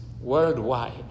worldwide